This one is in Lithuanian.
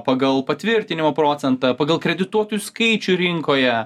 pagal patvirtinimo procentą pagal kredituotų skaičių rinkoje